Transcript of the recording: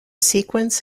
sequence